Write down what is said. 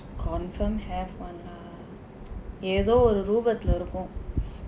confirm have one lah ஏதோ ஒரு ரூபத்தில் இருக்கும்:eethoo oru ruubaththil irukkum